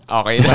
okay